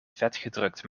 vetgedrukt